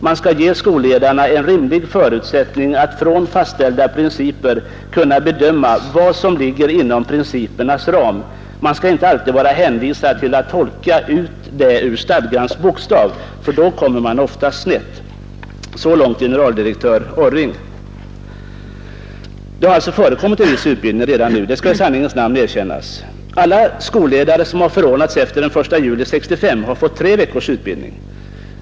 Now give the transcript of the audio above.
Man ska ge skolledarna en rimlig förutsättning att från fastställda principer kunna bedöma vad som ligger inom principernas ram. Man ska inte alltid vara hänvisad till att tolka ut det ur stadgans bokstav för då kommer man ofta snett.” — Så långt generaldirektör Orring. Det förekommer en viss utbildning redan nu; det skall i sanningens namn erkännas. Alla skolledare som förordnats efter den 1 juli 1965 har fått tre veckors utbildning.